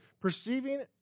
Perceiving